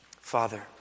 Father